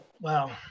Wow